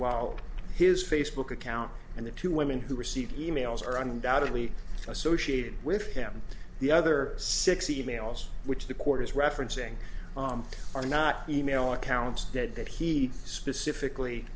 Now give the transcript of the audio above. while his facebook account and the two women who received e mails are undoubtedly associated with him the other six e mails which the court is referencing are not e mail accounts dead that he specifically